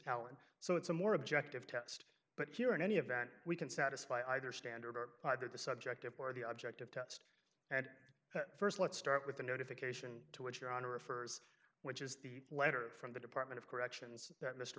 and so it's a more objective test but here in any event we can satisfy either standard or either the subjective or the objective test and st let's start with the notification to which your honor refers which is the letter from the department of corrections that mr